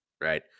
right